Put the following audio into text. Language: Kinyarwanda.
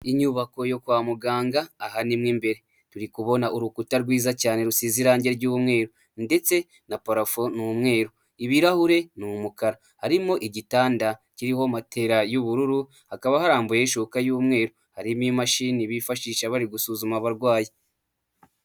Inyubako yo kwa muganga aha ni mo imbere, turi kubona urukuta rwiza cyane rusize irangi ry'umweru ndetse na porafo ni umweru, ibirahure ni umukara, harimo igitanda kiriho matera y'ubururu, hakaba harambuye ishuka y'umweru, harimo imashini bifashisha bari gusuzuma abarwayi.